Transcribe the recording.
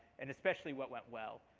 and especially what went well.